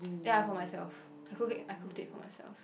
ya for myself I cook it I cooked it for myself